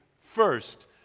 first